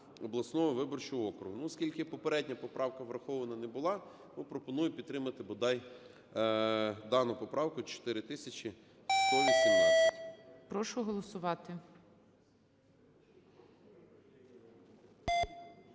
(обласного) виборчого округу". Ну, оскільки попередня поправка врахована не була, то пропоную підтримати бодай дану поправку 4118.